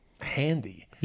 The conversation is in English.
handy